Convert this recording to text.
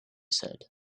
said